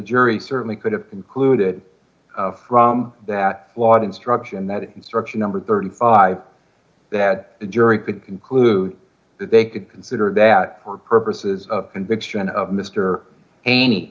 jury certainly could have concluded from that flawed instruction that instruction number thirty five that the jury could conclude that they could consider that for purposes of conviction of mr cheney